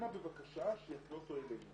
אנא בבקשה שיפנה אותו אלינו.